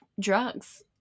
drugs